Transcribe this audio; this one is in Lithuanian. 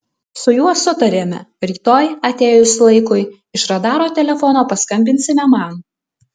su juo sutarėme rytoj atėjus laikui iš radaro telefono paskambinsime man